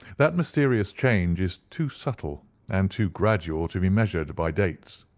that mysterious change is too subtle and too gradual to be measured by dates.